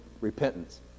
repentance